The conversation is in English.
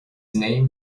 name